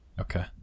Okay